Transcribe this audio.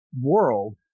world